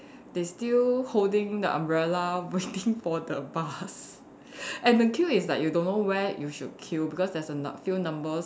they still holding the umbrella waiting for the bus and the queue is like you don't know where you should queue because there's a nu~ few numbers